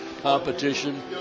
competition